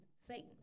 Satan